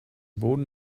boden